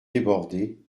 débordés